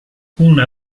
una